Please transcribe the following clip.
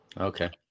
Okay